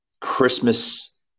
Christmas